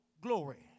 glory